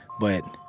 but,